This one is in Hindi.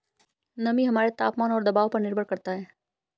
नमी हमारे तापमान और दबाव पर निर्भर करता है